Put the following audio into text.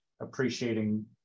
appreciating